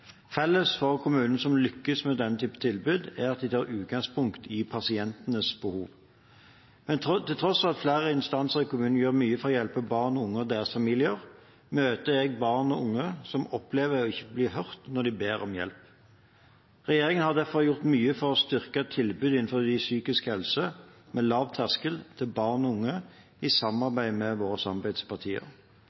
Felles for kommunene som lykkes med denne typen tilbud, er at de tar utgangspunkt i pasientenes behov. Men til tross for at flere instanser i kommunene gjør mye for å hjelpe barn og unge og deres familier, møter jeg barn og unge som opplever ikke å bli hørt når de ber om hjelp. Regjeringen har derfor gjort mye for å styrke tilbudet innenfor psykisk helse, med lav terskel for barn og unge, i samarbeid med våre samarbeidspartier.